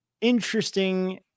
interesting